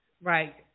right